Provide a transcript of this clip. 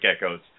geckos